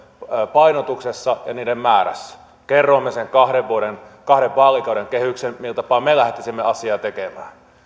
painotuksessa ja niiden määrässä kerroimme sen kahden vaalikauden kehyksen millä tapaa me lähtisimme asiaa tekemään